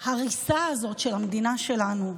ההריסה הזאת של המדינה שלנו,